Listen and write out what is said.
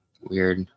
Weird